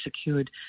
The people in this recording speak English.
secured